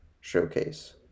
showcase